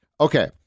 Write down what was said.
Okay